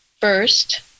first